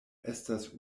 estas